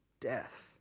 Death